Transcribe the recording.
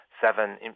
seven